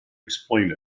explain